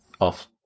off